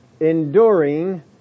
enduring